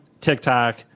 TikTok